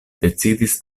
decidis